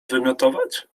wymiotować